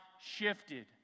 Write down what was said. shifted